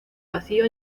vacío